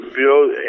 build